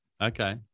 Okay